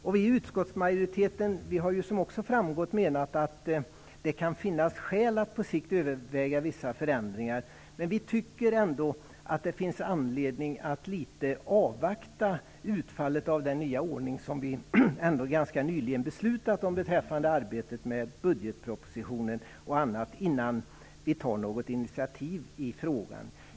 Vi i utskottsmajoriteten har, vilket också framgått, menat att det kan finnas skäl att på sikt överväga vissa förändringar. Men vi tycker ändå att det finns anledning att något avvakta utfallet av den nya ordning som vi ganska nyligen beslutat om, beträffande arbetet med budgetpropositionen och annat, innan vi tar något initiativ i frågan.